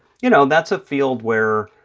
you know, that's a field where,